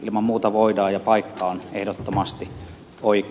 ilman muuta voidaan ja paikka on ehdottomasti oikea